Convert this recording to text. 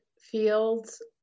fields